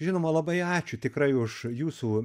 žinoma labai ačiū tikrai už jūsų